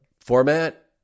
format